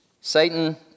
Satan